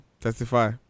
Testify